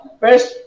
first